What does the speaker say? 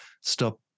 Stop